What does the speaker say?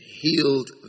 healed